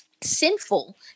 sinful